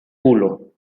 culo